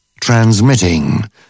transmitting